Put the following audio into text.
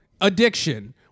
addiction